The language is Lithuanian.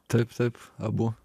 taip taip abu